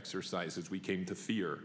exercises we came to fear